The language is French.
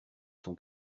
son